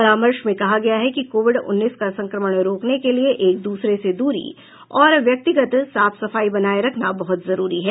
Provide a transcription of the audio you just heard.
परामर्श में कहा गया है कि कोविड उन्नीस का संक्रमण रोकने के लिए एक दूसरे से दूरी और व्यक्तिगत साफ सफाई बनाए रखना बहुत जरूरी है